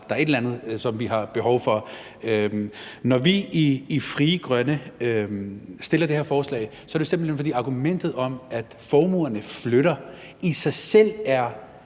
der er et eller andet, som vi har behov for. Når vi i Frie Grønne fremsætter det her forslag, er det simpelt hen, fordi argumentet om, at formuerne flytter, i sig selv er